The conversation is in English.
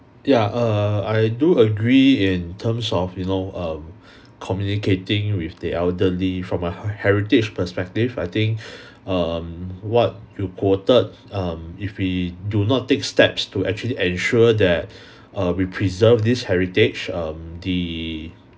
ya err I do agree in terms of you know um communicating with the elderly from a heritage perspective I think um what you quoted um if we do not take steps to actually ensure that err we preserve this heritage um the